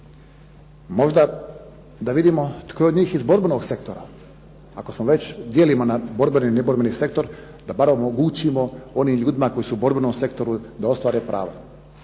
Možda da vidimo tko je od njih iz borbenog sektora. Ako već dijelimo na borbeni i neborbeni sektor, da bar omogućimo onim ljudima koji su u borbenom sektoru da ostvare prava,